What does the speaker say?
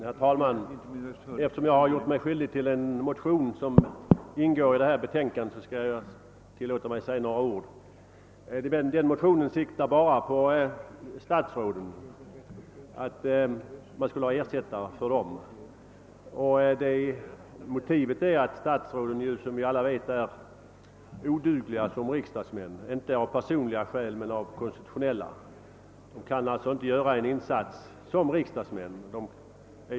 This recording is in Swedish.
Herr talmän! Eftersom jag har gjort mig skyldig till en motion som ingår i detta utlåtande; skall jag tillåta mig att säga några ord. Motionen syftar bara till ersättare för statsråden. Motivet är att statsråden, såsom alla vet, är odugliga som riksdagsmän -— inte av personliga skäl, men av konstitutionella. De kän inte göra en insats som riksdagsmän.